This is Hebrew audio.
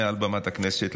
מעל במת הכנסת,